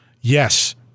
Yes